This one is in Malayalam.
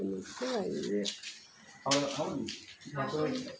എനിക്ക് വയ്യ